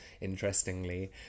interestingly